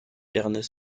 ernest